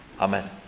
amen